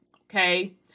okay